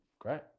Great